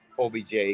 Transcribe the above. OBJ